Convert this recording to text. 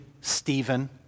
Stephen